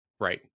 right